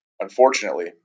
Unfortunately